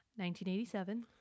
1987